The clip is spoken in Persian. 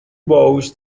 باهوش